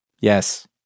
Yes